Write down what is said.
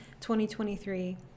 2023